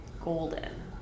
golden